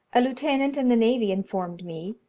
a lieutenant in the navy informed me,